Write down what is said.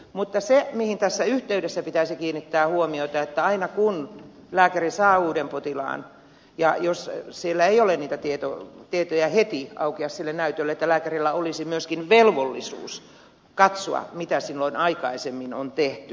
mutta tässä yhteydessä pitäisi kiinnittää huomiota siihen että aina kun lääkäri saa uuden potilaan ja jos siellä ei niitä tietoja heti aukea sille näytölle lääkärillä olisi myöskin velvollisuus katsoa mitä silloin aikaisemmin on tehty